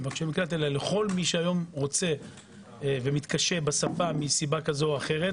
מקלט אלא לכל מי שהיום רוצה או מתקשה בשפה מסיבה כזו או אחרת